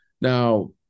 Now